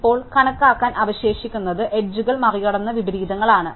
ഇപ്പോൾ കണക്കാക്കാൻ അവശേഷിക്കുന്നത് അതിരുകൾ മറികടക്കുന്ന വിപരീതങ്ങളാണ്